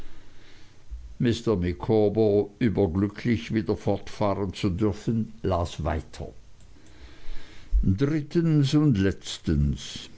micawber überglücklich wieder fortfahren zu dürfen las weiter drittens und letztens